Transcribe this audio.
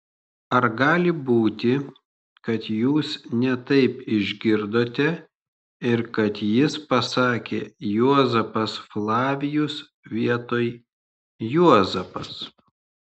ar gali būti kad jūs ne taip išgirdote ir kad jis pasakė juozapas flavijus vietoj juozapas